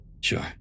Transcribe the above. Sure